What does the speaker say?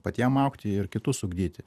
patiem augti ir kitus ugdyti